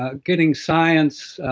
ah getting science